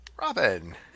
Robin